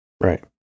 Right